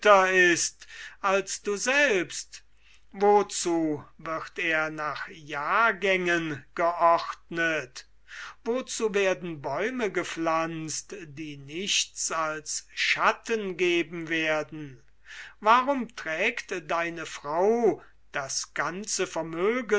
ist als du selbst wozu wird er nach jahrgängen geordnet wozu werden bäume gepflanzt die nichts als schatten geben werden warum trägt deine frau das ganze vermögen